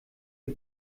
wir